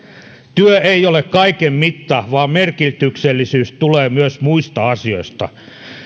työ ei ole kaiken mitta vaan merkityksellisyys tulee myös muista asioita